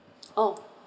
oh